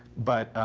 but